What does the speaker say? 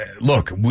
look